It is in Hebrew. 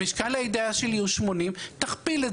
המשקל האידיאלי שלי הוא 80. תכפיל את